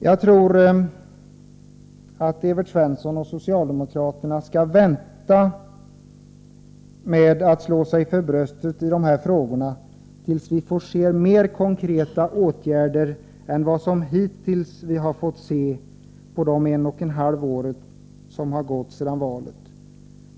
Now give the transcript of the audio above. Jag tycker att Evert Svensson och socialdemokraterna skall vänta med att slå sig för bröstet tills vi får se mer konkreta åtgärder än vad vi hittills har fått se under de ett och ett halvt år som har gått sedan valet.